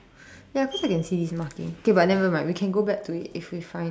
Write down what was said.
ya cause I can see his marking K but nevermind we can go back to it if we find that